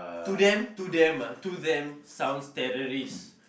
to them to them ah to them sounds terrorist